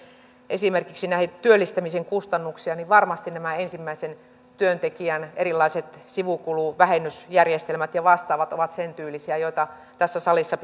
esimerkiksi näitä työllistämisen kustannuksia varmasti nämä ensimmäisen työntekijän erilaiset sivukuluvähennysjärjestelmät ja vastaavat ovat sentyylisiä joita tässä salissa